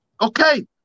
Okay